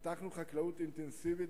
פיתחנו חקלאות אינטנסיבית,